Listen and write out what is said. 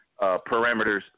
parameters